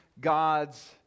God's